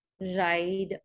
Ride